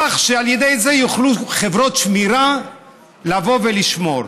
כך שעל ידי זה יוכלו חברות שמירה לבוא ולשמור.